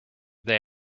they